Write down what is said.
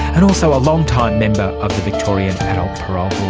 and also a long-time member of the victorian adult parole